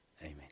Amen